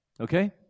okay